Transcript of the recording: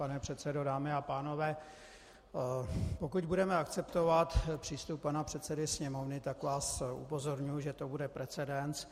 Vážený pane předsedo, dámy a pánové, pokud budeme akceptovat přístup pana předsedy Sněmovny, tak vás upozorňuji, že to bude precedens.